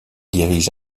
dirige